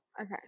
Okay